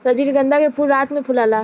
रजनीगंधा के फूल रात में फुलाला